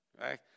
right